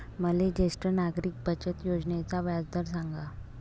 मले ज्येष्ठ नागरिक बचत योजनेचा व्याजदर सांगा